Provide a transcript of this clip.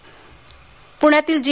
पृण्यातील जी